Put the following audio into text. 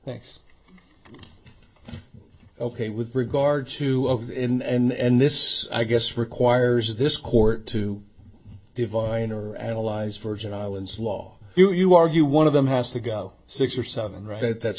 thanks ok with regard to of in and this i guess requires this court to diviner analyze virgin islands law do you argue one of them has to go six or seven right that's